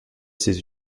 ses